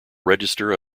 register